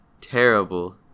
terrible